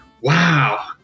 Wow